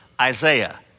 Isaiah